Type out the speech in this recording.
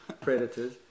predators